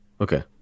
Okay